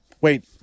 Wait